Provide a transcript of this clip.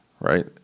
right